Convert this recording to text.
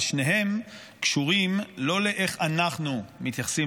ושניהם קשורים לא לאיך שאנחנו מתייחסים